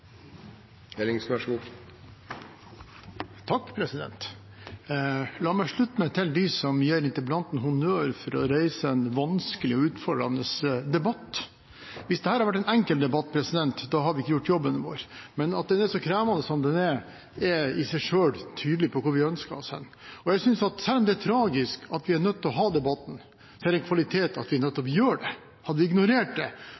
La meg slutte meg til dem som gir interpellanten honnør for å reise en vanskelig og utfordrende debatt. Hvis dette hadde vært en enkel debatt, hadde vi ikke gjort jobben vår, men at den er så krevende som den er, er i seg selv tydelig på hvor vi ønsker oss. Jeg synes at selv om det er tragisk at vi er nødt til å ha debatten, er det en kvalitet at vi nettopp har den. Hadde vi ignorert den, hadde vi ikke stilt opp og tatt det